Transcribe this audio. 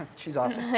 she's awesome.